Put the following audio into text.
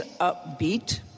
upbeat